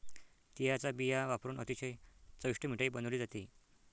तिळाचा बिया वापरुन अतिशय चविष्ट मिठाई बनवली जाते